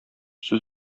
сүз